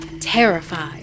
terrified